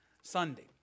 Sunday